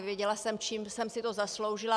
Nevěděla jsem, čím jsem si to zasloužila.